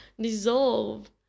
dissolve